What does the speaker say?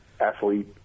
athlete